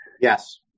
Yes